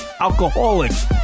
alcoholics